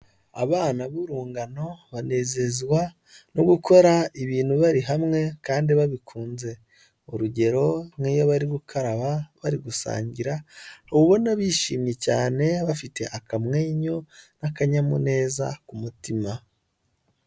Abana b'urungano banezezwa no gukora ibintu bari hamwe kandi babikunze. Urugero nk'iyo bari gukaraba, bari gusangira, uba ubona bishimye cyane, bafite akamwenyu, n'akanyamuneza ku mutima.